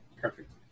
perfect